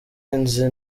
nzi